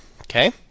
Okay